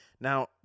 Now